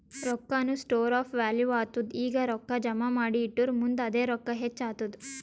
ರೊಕ್ಕಾನು store of value ಆತ್ತುದ್ ಈಗ ರೊಕ್ಕಾ ಜಮಾ ಮಾಡಿ ಇಟ್ಟುರ್ ಮುಂದ್ ಅದೇ ರೊಕ್ಕಾ ಹೆಚ್ಚ್ ಆತ್ತುದ್